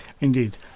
Indeed